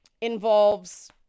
involves